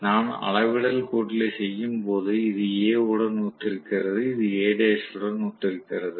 நான் அளவிடல் கூட்டலை செய்யும் போது இது A உடன் ஒத்திருக்கிறது இது A' உடன் ஒத்திருக்கிறது